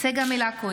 צגה מלקו,